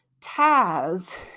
Taz